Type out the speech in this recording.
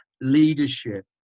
leadership